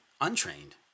untrained